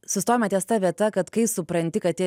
sustojome ties ta vieta kad kai supranti kad tie